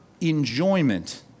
enjoyment